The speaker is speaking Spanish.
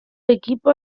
equipo